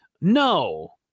No